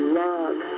love